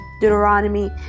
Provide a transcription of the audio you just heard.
Deuteronomy